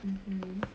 mmhmm